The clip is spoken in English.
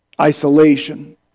isolation